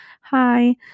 Hi